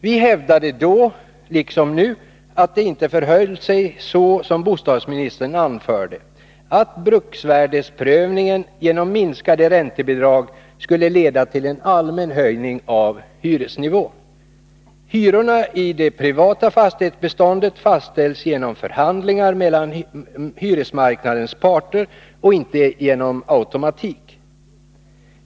Vi hävdade då liksom nu att det inte förhöll sig så som bostadsministern anförde, nämligen att bruksvärdesprövningen genom minskade räntebidrag skulle leda till en allmän höjning av hyresnivån. Hyrorna i det privatägda fastighetsbeståndet fastställs genom förhandlingar mellan hyresmarknadens parter och inte genom automatik.